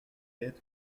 est